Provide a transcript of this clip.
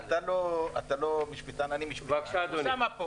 אתה לא משפטן, אני משפטן --- בבקשה אדוני.